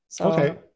Okay